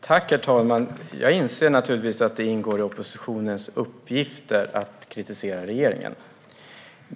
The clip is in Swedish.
Herr talman! Jag inser naturligtvis att det ingår i oppositionens uppgifter att kritisera regeringen.